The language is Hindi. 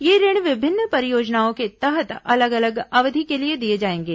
ये ऋण विभिन्न परियोजनाओं के तहत अलग अलग अवधि के लिए दिए जाएंगे